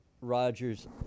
Rodgers